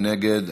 מי נגד?